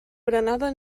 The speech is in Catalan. berenada